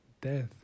death